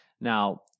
Now